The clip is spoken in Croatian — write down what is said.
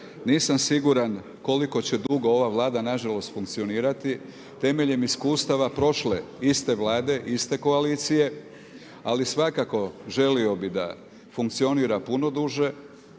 nisam siguran koliko će dugo ova Vlada nažalost funkcionirati, temeljem iskustava prošle iste Vlade, iste koalicije, ali svakako želio bih da funkcionira puno duže